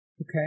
Okay